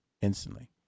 instantly